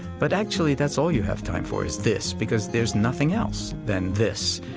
but actually that's all you have time for, is this because there's nothing else than this.